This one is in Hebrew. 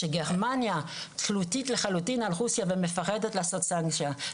שגרמניה תלותית לחלוטין על רוסיה ומפחדת לעשות צעד מסוים,